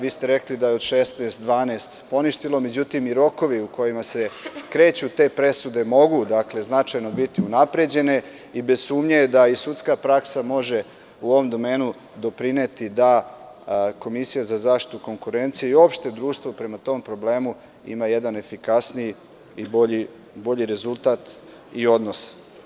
Vi ste rekli da je od 16 poništeno 12, međutim, i rokovi u kojima se kreću te presude mogu značajno biti unapređene i bez sumnje je da i sudska praksa može u ovom domenu doprineti da Komisija za zaštitu konkurencije i uopšte društvo prema tom problemu ima jedan efikasniji i bolji rezultat i odnos.